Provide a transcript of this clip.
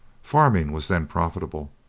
farming was then profitable.